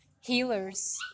healers